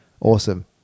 Awesome